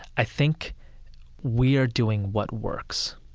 i think we are doing what works.